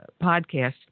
podcast